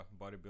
bodybuilding